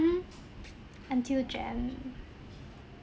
mmhmm until jan